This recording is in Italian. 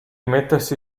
mettersi